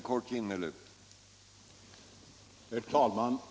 Herr talman!